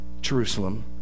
Jerusalem